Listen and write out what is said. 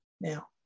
now